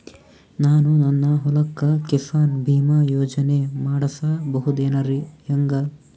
ನಾನು ನನ್ನ ಹೊಲಕ್ಕ ಕಿಸಾನ್ ಬೀಮಾ ಯೋಜನೆ ಮಾಡಸ ಬಹುದೇನರಿ ಹೆಂಗ?